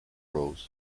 roles